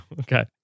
Okay